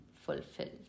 fulfilled